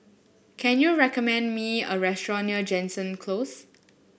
can you recommend me a restaurant near Jansen Close